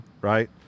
Right